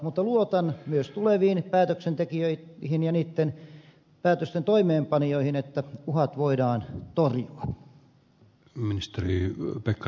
mutta luotan myös tuleviin päätöksentekijöihin ja niitten päätösten toimeenpanijoihin että uhat voidaan torjua